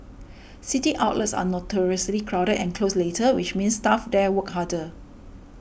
city outlets are notoriously crowded and close later which means staff there work harder